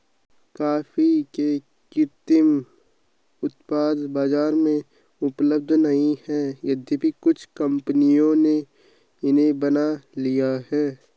coffee के कृत्रिम उत्पाद बाजार में उपलब्ध नहीं है यद्यपि कुछ कंपनियों ने इन्हें बना लिया है